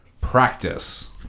practice